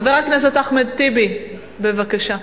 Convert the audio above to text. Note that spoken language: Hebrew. חבר הכנסת אחמד טיבי, בבקשה.